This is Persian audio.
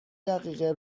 دقیقه